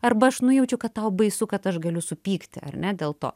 arba aš nujaučiau kad tau baisu kad aš galiu supykti ar ne dėl to